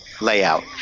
layout